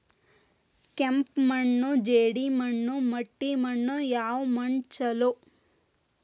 ಕೆಂಪು ಮಣ್ಣು, ಜೇಡಿ ಮಣ್ಣು, ಮಟ್ಟಿ ಮಣ್ಣ ಯಾವ ಮಣ್ಣ ಛಲೋ?